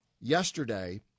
yesterday